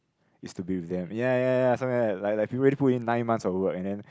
is to be with them ya ya ya something like that like like people already put in nine months of work and then